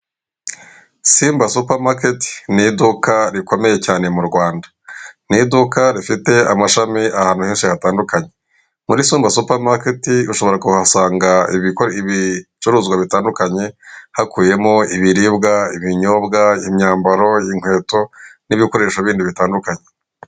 Simba supamaketi ni iduka rikomeye cyane mu Rwanda. Ni iduka rifite amashami ahantu henshi hatandukanye. Muri simba supamaketi ushobora kuhasanga ibicuruzwa bitandukanye hakubiyemo; ibiribwa, ibinyobwa, imyambaro, inkweto, n'ibikoresho bindi bitandukanye.